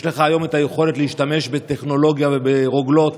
יש לך היום את היכולת להשתמש בטכנולוגיה וברוגלות